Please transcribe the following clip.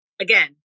again